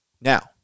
Now